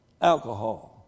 alcohol